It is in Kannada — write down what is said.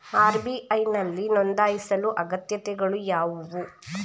ಆರ್.ಬಿ.ಐ ನಲ್ಲಿ ನೊಂದಾಯಿಸಲು ಅಗತ್ಯತೆಗಳು ಯಾವುವು?